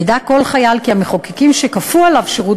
ידע כל חייל כי המחוקקים שכפו עליו שירות